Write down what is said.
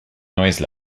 noise